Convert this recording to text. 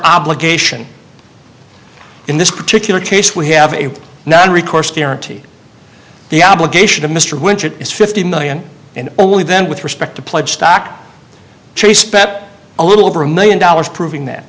obligation in this particular case we have a not recourse guarantee the obligation of mr winter is fifty million and only then with respect to pledge stock chase bet a little over a million dollars proving that